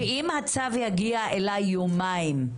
שאם הצו יגיע אליי יומיים,